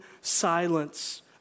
silence